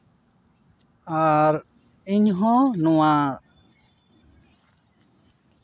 ᱟᱨ ᱤᱧᱦᱚᱸ ᱱᱚᱣᱟ